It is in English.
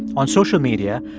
on social media,